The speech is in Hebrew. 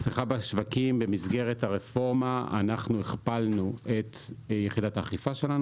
במסגרת הרפורמה אנחנו הכפלנו את יחידת האכיפה שלנו.